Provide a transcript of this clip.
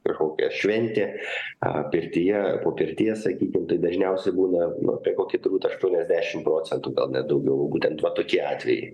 kažkokia šventė a pirtyje po pirties sakykim dažniausiai būna nu apie kokį turbūt aštuoniasdešimt procentų gal net daugiau būtent vat tokie atvejai